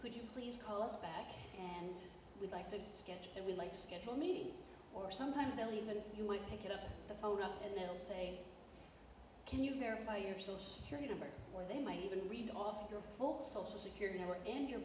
could you please call us back and we'd like to schedule and we'd like to schedule meet or sometimes they'll even you might pick it up the phone up and they'll say can you verify your social security number or they might even read off your full social security number in your